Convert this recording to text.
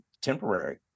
temporary